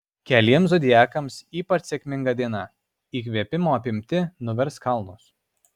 keliems zodiakams ypač sėkminga diena įkvėpimo apimti nuvers kalnus